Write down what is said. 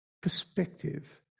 perspective